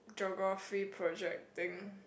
geography project thing